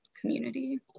community